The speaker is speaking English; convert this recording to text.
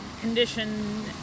condition